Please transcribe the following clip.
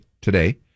today